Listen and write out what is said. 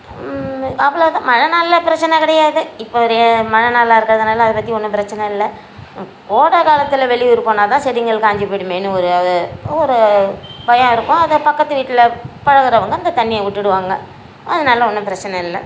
அவ்வளோ தான் மழை நாளில் பிரச்சின கிடையாது இப்போ மழை நாளாக இருக்கிறதுனால அதை பற்றி ஒன்றும் பிரச்சின இல்லை கோடை காலத்தில் வெளியூர் போனால் தான் செடிகள் காஞ்சு போய்விடுமேன்னு ஒரு ஒரு பயம் இருக்கும் அது பக்கத்து வீட்டில் பழகிறவங்க இந்த தண்ணியை விட்டுடுவாங்க அதனால் ஒன்றும் பிரச்சின இல்லை